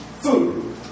food